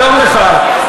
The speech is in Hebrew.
שלום לך.